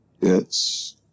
Yes